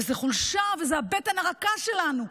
וזו חולשה, וזו הבטן הרכה שלנו.